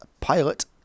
pilot